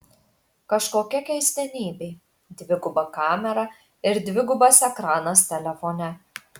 kažkokia keistenybė dviguba kamera ir dvigubas ekranas telefone